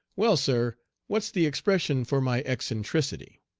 well, sir, what's the expression for my eccentricity?